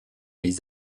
les